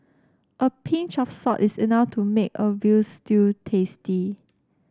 a pinch of salt is enough to make a veal stew tasty